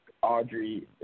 Audrey